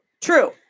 True